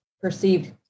perceived